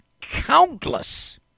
countless